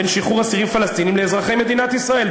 בין שחרור אסירים פלסטינים לאזרחי מדינת ישראל.